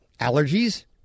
Allergies